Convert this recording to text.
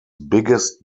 biggest